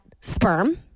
sperm